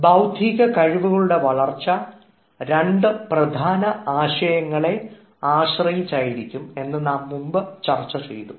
ബൌദ്ധിക കഴിവുകളുടെ വളർച്ച രണ്ട് പ്രധാന ആശയങ്ങളെ ആശ്രയിച്ചായിരിക്കും എന്ന് നാം മുമ്പ് മുമ്പ് ചർച്ച ചെയ്തിരുന്നു